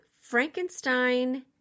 Frankenstein